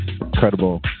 incredible